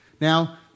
Now